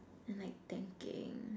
and like thinking